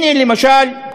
הנה, למשל,